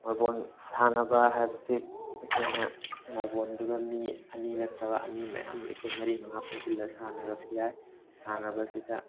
marble ꯁꯥꯟꯅꯕ ꯍꯥꯏꯕꯁꯤ ꯑꯩꯈꯣꯏꯅ ꯃꯥꯔꯕꯣꯟꯗꯨꯗ ꯃꯤ ꯑꯅꯤ ꯅꯠꯇ꯭ꯔꯒ ꯑꯅꯤ ꯃꯌꯥꯝ ꯑꯩꯈꯣꯏ ꯃꯔꯤ ꯃꯉꯥ ꯄꯨꯟꯁꯤꯜꯂ ꯁꯥꯟꯅꯔꯁꯨ ꯌꯥꯏ ꯁꯥꯟꯅꯕꯁꯤꯗ